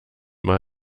mal